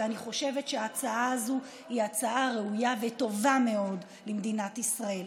ואני חושבת שההצעה הזו היא הצעה ראויה וטובה מאוד למדינת ישראל.